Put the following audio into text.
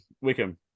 Wickham